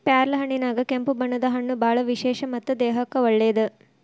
ಪ್ಯಾರ್ಲಹಣ್ಣಿನ್ಯಾಗ ಕೆಂಪು ಬಣ್ಣದ ಹಣ್ಣು ಬಾಳ ವಿಶೇಷ ಮತ್ತ ದೇಹಕ್ಕೆ ಒಳ್ಳೇದ